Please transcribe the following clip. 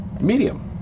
medium